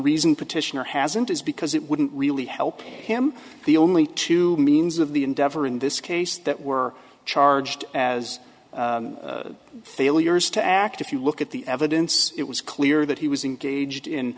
reason petitioner hasn't is because it wouldn't really help him the only two means of the endeavor in this case that were charged as failures to act if you look at the evidence it was clear that he was engaged in